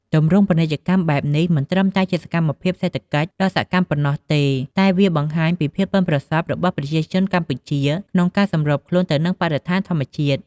ទម្រង់ពាណិជ្ជកម្មបែបនេះមិនត្រឹមតែជាសកម្មភាពសេដ្ឋកិច្ចដ៏សកម្មប៉ុណ្ណោះទេ តែវាបង្ហាញពីភាពប៉ិនប្រសប់របស់ប្រជាជនកម្ពុជាក្នុងការសម្របខ្លួនទៅនឹងបរិស្ថានធម្មជាតិ។